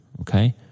okay